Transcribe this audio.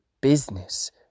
business